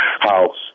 house